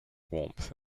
warmth